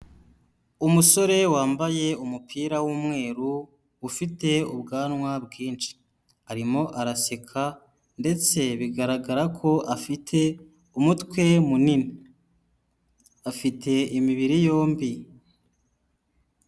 Umusore wambaye umupira w'umweru ufite ubwanwa bwinshi, arimo araseka ndetse bigaragara ko afite umutwe munini, afite imibiri yombi.